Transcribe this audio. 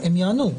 הם יענו,